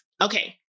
Okay